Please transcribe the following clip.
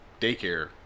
daycare